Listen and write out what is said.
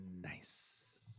nice